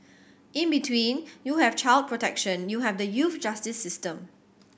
in between you have child protection you have the youth justice system